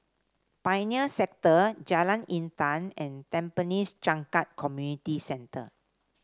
Pioneer Sector Jalan Intan and Tampines Changkat Community Centre